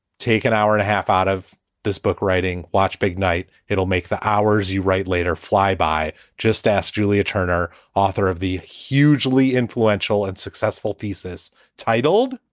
take an hour and a half out of this book writing watch big night. it'll make the hours you write later fly by. just ask julia turner, author of the hugely influential and successful thesis titled